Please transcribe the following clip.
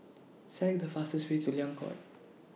Select The fastest Way to Liang Court